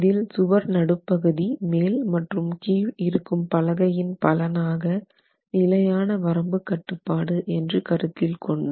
இதில் சுவர் நடுப்பகுதி மேல் மற்றும் கீழ் இருக்கும் பலகையின் பலனாக நிலையான வரம்பு கட்டுப்பாடு என்று கருத்தில் கொண்டும்